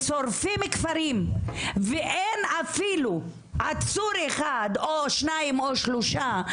ושורפים כפרים ואין אפילו עצור אחד או שניים או שלושה,